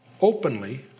openly